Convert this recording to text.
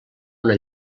una